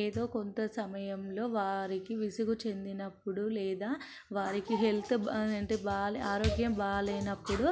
ఏదో కొంత సమయంలో వారికి విసుగు చెందినప్పుడు లేదా వారికి హెల్త్ బాగాలేనప్పుడు ఆరోగ్యం బాగాలేనప్పుడు